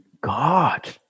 God